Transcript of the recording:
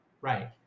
Right